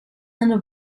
and